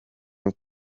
muri